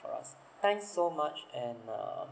for us thanks so much and uh